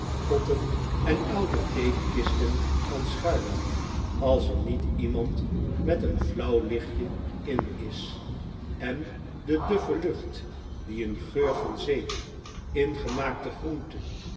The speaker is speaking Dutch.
potten en oude theekisten kan schuilen als er niet iemand met een flauw lichtje in is en de duffe lucht die een geur van zeep ingemaakte groente